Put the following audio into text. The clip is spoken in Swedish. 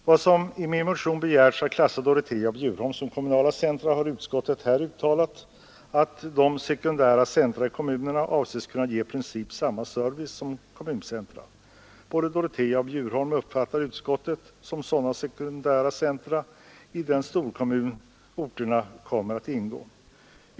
Vad gäller begäran i min motion att man skall klassa Dorotea och Bjurholm som kommunala centra har utskottet uttalat att de sekundära centra i kommunerna avses kunna ge i princip samma service som kommuncentra. Både Dorotea och Bjurholm uppfattar utskottet som sådana sekundära centra i den storkommun där orterna kommer att ingå.